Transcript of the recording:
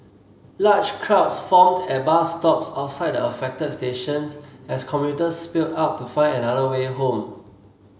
large crowds formed at bus stops outside the affected stations as commuters spilled out to find another way home